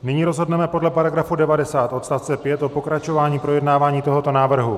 Nyní rozhodneme podle § 90 odst. 5 o pokračování projednávání tohoto návrhu.